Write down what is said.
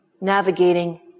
navigating